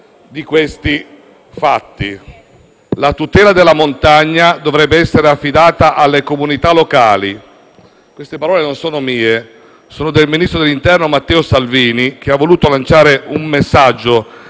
La tutela della montagna dovrebbe essere affidata alle comunità locali». Queste parole non sono mie, sono del ministro dell'interno Matteo Salvini, che ha voluto lanciare un messaggio